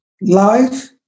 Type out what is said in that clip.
Life